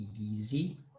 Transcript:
easy